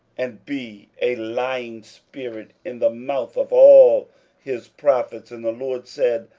and be a lying spirit in the mouth of all his prophets. and the lord said,